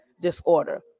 disorder